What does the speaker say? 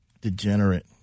Degenerate